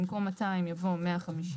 במקום "200" יבוא "150".